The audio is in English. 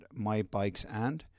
mybikesand